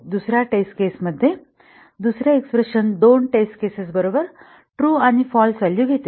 दुसर्या test case मध्ये दुसरे एक्स्प्रेशन दोन टेस्ट केसेस बरोबर ट्रू आणि फाल्स व्हॅल्यू घेते